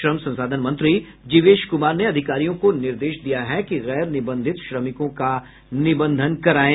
श्रम संसाधन मंत्री जिवेश कुमार ने अधिकारियों को निर्देश दिया है कि गैर निबंधित श्रमिकों का निबंधन कराये